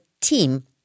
team